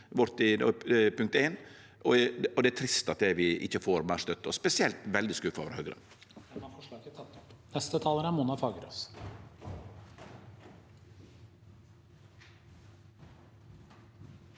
Det er trist at vi ikkje får meir støtte, og spesielt er eg veldig skuffa over Høgre.